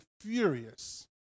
furious